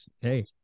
hey